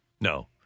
No